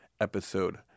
episode